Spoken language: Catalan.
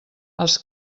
els